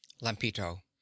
Lampito